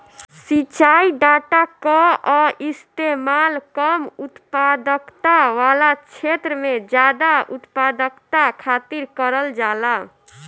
सिंचाई डाटा कअ इस्तेमाल कम उत्पादकता वाला छेत्र में जादा उत्पादकता खातिर करल जाला